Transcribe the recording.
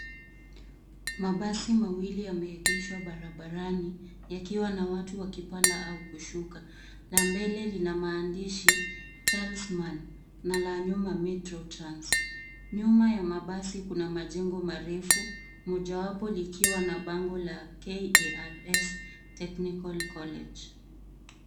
Mabasi mawili yameegeshwa barabarani yakiwa na watu wakipanda au kushuka na mbele lina maandishi talesman na la nyuma metro trans . Nyuma ya mabasi kuna majengo marefu, mojawapo likiwa na bango la KARS technical college .